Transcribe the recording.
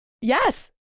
Yes